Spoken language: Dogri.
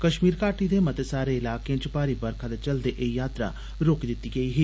कश्मीर घाटी दे मते सारे इलाके च भारी बरखा दे चलदे एह् यात्रा रोकी गेदी ही